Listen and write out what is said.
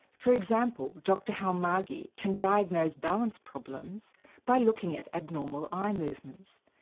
for example dr halmagyi can diagnose balance problems by looking at abnormal eye movements.